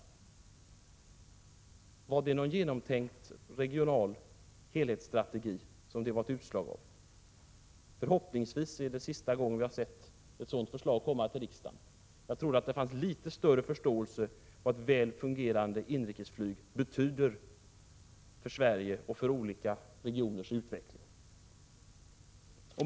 Var detta ett utslag av någon genomtänkt regional helhetsstrategi? Förhoppningsvis är det sista gången vi har sett ett sådant förslag komma till riksdagen. Jag trodde att det fanns litet större förståelse för vad ett väl fungerande inrikesflyg betyder för Sverige och för olika regioners utveckling.